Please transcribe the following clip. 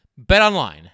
BetOnline